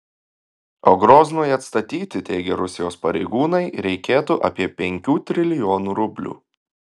o groznui atstatyti teigia rusijos pareigūnai reikėtų apie penkių trilijonų rublių